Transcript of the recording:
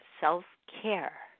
self-care